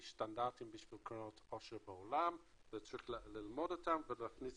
יש סטנדרטים לקרנות עושר בעולם וצריך ללמוד אותם ולהכניס